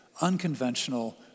unconventional